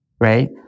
Right